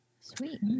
Sweet